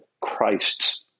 Christ's